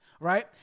right